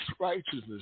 righteousness